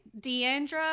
Deandra